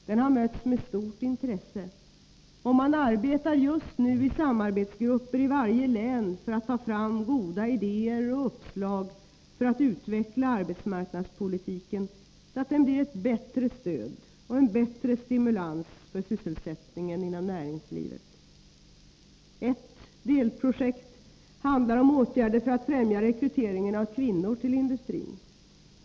Den har mötts med stort intresse, och man arbetar just nu i samarbetsgrupper i varje län för att ta fram goda idéer och uppslag för att utveckla arbetsmarknadspolitiken så att den blir ett bättre stöd och en bättre stimulans för sysselsättningen inom näringslivet. Ett delprojekt handlar om åtgärder för att främja rekryteringen av kvinnor till industrin.